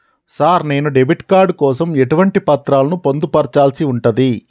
Sir నేను debit card కోసం ఎటువంటి పత్రాలను పొందుపర్చాల్సి ఉంటది?